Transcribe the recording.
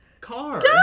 car